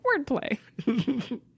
wordplay